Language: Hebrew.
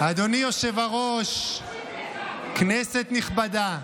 אדוני היושב-ראש, כנסת נכבדה,